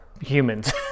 humans